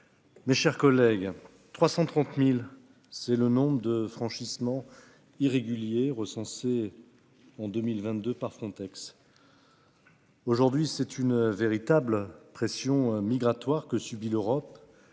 Mes chers collègues. 330.000 c'est le nombre de franchissement irrégulier recensés. En 2022 par Frontex. Aujourd'hui c'est une véritable pression migratoire que subit l'Europe.